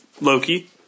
Loki